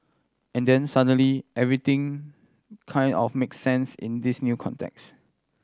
and then suddenly everything kind of make sense in this new context